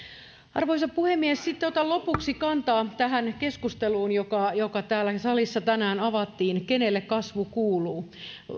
arvoisa puhemies sitten otan lopuksi kantaa keskusteluun joka joka täällä salissa tänään avattiin kenelle kasvu kuuluu